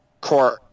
court